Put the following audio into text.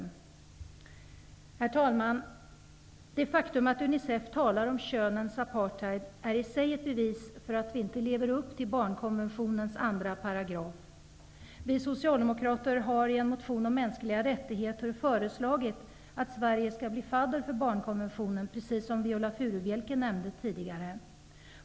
Herr talman! Det faktum att Unicef talar om könens apartheid är i sig ett bevis för att vi inte lever upp till barnkonventionens andra paragraf. Vi socialdemokrater har i en motion om mänskliga rättigheter föreslagit att Sverige skall bli fadder för barnkonventionen, precis som Viola Furubjelke tidigare nämnde.